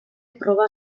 proba